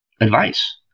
advice